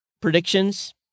Predictions